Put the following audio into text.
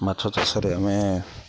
ମାଛ ଚାଷରେ ଆମେ